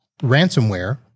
ransomware